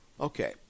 Okay